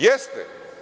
Jeste.